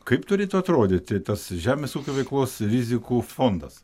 kaip turėtų atrodyti tas žemės ūkio veiklos rizikų fondas